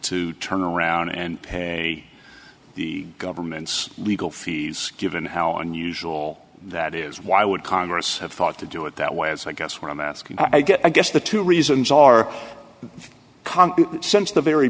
to turn around and pay the government's legal fees given how unusual that is why would congress have thought to do it that way as i guess what i'm asking i guess i guess the two reasons are common sense the very